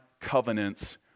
covenants